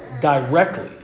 directly